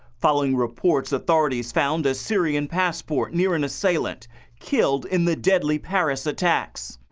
following reports authorities found a syrian passport near an assailant killed in the deadly paris attacks.